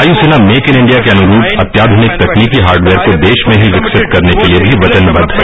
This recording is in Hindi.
वायुसेना मेक इन इंडिया के अनुरूप अत्याधुनिक तकनीकी हार्डवेयर को देश में ही विकसित करने के लिए भी वचनबद्द है